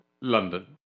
London